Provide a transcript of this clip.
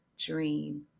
dream